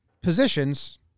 positions